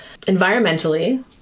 Environmentally